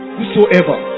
Whosoever